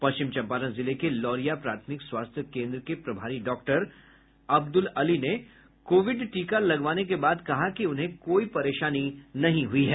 पश्चिम चंपारण जिले के लौरिया प्राथमिक स्वास्थ्य केन्द्र के प्रभारी डॉक्टर अब्दुल अली ने कोविड टीका लगवाने के बाद कहा कि उन्हें कोई परेशानी नहीं हुई है